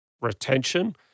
retention